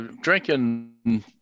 drinking